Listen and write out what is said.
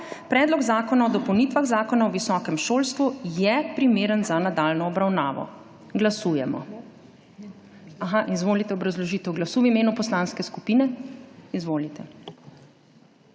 Predlog zakona o dopolnitvah Zakona o visokem šolstvu je primeren za nadaljnjo obravnavo. Glasujemo. Izvolite, obrazložitev glasu v imenu poslanske skupine. Izvolite.